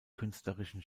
künstlerischen